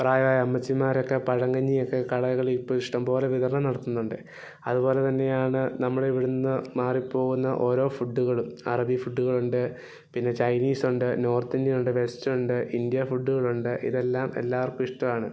പ്രായായ അമ്മച്ചിമാരൊക്കെ പഴങ്കഞ്ഞിയൊക്കെ കടകളിൽ ഇപ്പോൾ ഇഷ്ടം പോലെ വിതരണം നടത്തുന്നുണ്ട് അതുപോലെ തന്നെയാണ് നമ്മൾ ഇവിടെ നിന്ന് മാറി പോകുന്ന ഓരോ ഫുഡുകളും അറബി ഫുഡുകളുണ്ട് പിന്നെ ചൈനീസുണ്ട് നോർത്ത് ഇന്ത്യനുണ്ട് വെസ്റ്റ് ഉണ്ട് ഇന്ത്യാ ഫുഡുകളുണ്ട് ഇതെല്ലാം എല്ലാവർക്കും ഇഷ്ടമാണ്